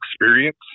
experience